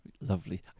lovely